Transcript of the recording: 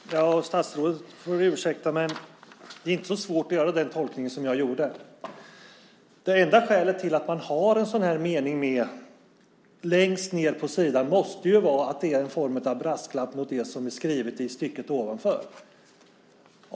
Herr talman! Statsrådet får ursäkta, men det är inte så svårt att göra den tolkning som jag gjorde. Det enda skälet till att man har en sådan mening med längst ned på sidan måste vara att det är någon form av brasklapp mot det man har skrivit i stycket ovanför.